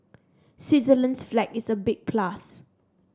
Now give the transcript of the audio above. Switzerland's flag is a big plus